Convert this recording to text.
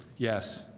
yes,